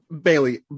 Bailey